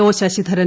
O Sasidharan